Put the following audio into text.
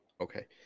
Okay